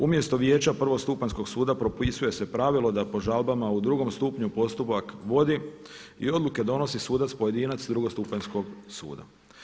Umjesto vijeća prvostupanjskog suda propisuje se pravilo da po žalbama u drugom stupnju postupak vodi i odluke donosi sudac pojedinac drugostupanjskog suda.